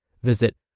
Visit